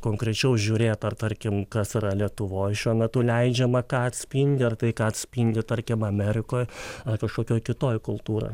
konkrečiau žiūrėt ar tarkim kas yra lietuvoj šiuo metu leidžiama ką atspindi ar tai ką atspindi tarkim amerikoj ar kažkokioj kitoj kultūroj